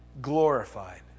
glorified